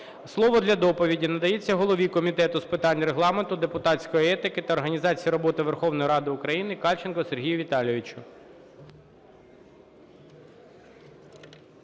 Слово для доповіді надається голові Комітету з питань Регламенту, депутатської етики та організації роботи Верховної Ради України Кальченку Сергію Віталійовичу.